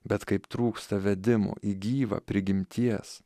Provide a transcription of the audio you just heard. bet kaip trūksta vedimo į gyvą prigimties